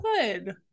good